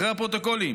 אחרי הפרוטוקולים.